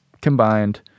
combined